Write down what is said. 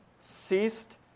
ceased